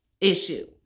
issue